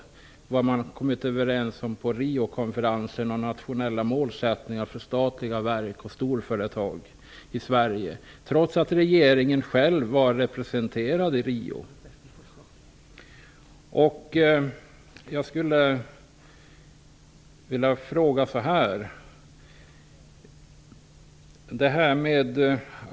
Gäller inte det man har kommit överens om på Riokonferensen om nationella målsättningar för statliga verk och storföretag i Sverige, trots att regeringen själv var representerad i Rio?